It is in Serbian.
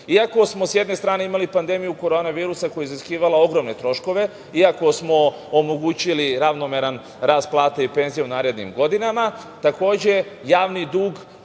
5,5%.Iako smo sa jedne strane imali pandemiju korona virusa koja je iziskivala ogromne troškove, iako smo omogućili ravnomeran rast plata i penzija u narednim godinama, takođe javni dug